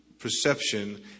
perception